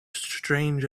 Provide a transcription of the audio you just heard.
strange